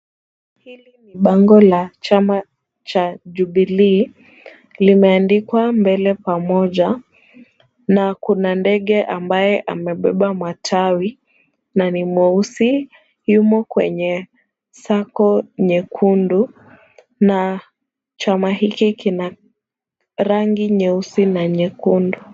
Hili ni bango la chama cha Jubilee. Limeandikwa mbele pamoja. Na kuna ndege ambaye amebeba matawi. Na ni mweusi, yumo kwenye circle nyekundu. Na chama hiki kina rangi nyeusi na nyekundu.